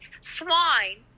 swine